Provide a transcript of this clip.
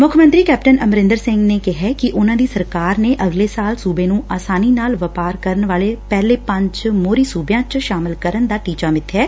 ਮੁੱਖ ਮੰਤਰੀ ਕੈਪਟਨ ਅਮਰੰਦਰ ਸੰਘ ਨੇ ਕਿਹਾ ਕਿ ਉਨਾਂ ਦੀ ਸਰਕਾਰ ਨੇ ਅਗਲੇ ਸਾਲ ਸੁਬੇ ਨੁੰ ਅਸਾਨੀ ਨਾਲ ਵਪਾਰ ਕਰਨ ਵਾਲੇ ਪਹਿਲੇ ਪੰਜ ਮੋਹਰੀ ਸੁਬਿਆਂ ਚ ਸ਼ਾਮਲ ਕਰਨ ਦਾ ਟੀਚਾ ਮਿੱਬਿਐ